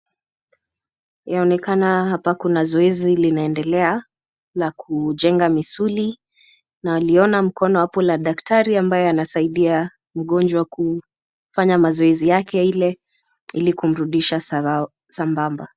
Yaonekana hapa kuna zoezi linaendela la kujenga misuli, naliona mkono hapo la daktari ambaye anasaidia mgonjwa kufanya mazoezi yake ile ili kumrudisha sambamba.